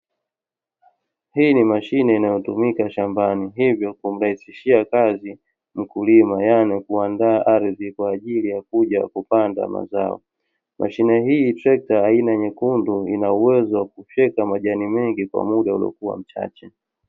Hii ni mashine inayotumika shambani hivyo kumrahisishia kazi mkulima, yaani kuandaa ardhi kwa ajili ya kuja kupanda mazao, mashine hii trekta aina nyekundu ina uwezo wa kufyeka majani mengi kwa muda uliokua mchache.